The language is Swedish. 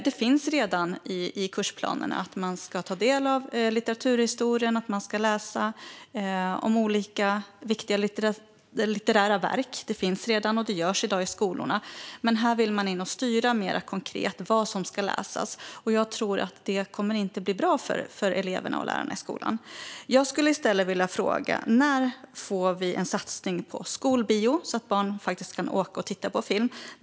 Det står redan i kursplanerna att man ska ta del av litteraturhistorien och att man ska läsa om olika viktiga litterära verk. Detta finns alltså redan, och det görs i dag i skolorna. Men här vill man gå in och styra mer konkret vad som ska läsas, och jag tror inte att det kommer att bli bra för eleverna och lärarna i skolan. Jag skulle i stället vilja fråga: När får vi en satsning på skolbio så att barn kan åka och titta på film?